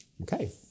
Okay